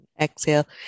Exhale